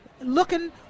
looking